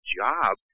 job